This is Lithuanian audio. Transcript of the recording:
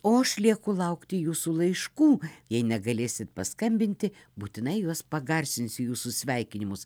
o aš lieku laukti jūsų laiškų jei negalėsit paskambinti būtinai juos pagarsinsiu jūsų sveikinimus